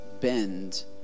Bend